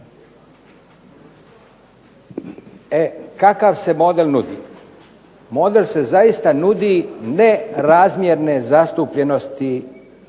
kakav se model nudi? Model se zaista nudi nerazmjerne zastupljenosti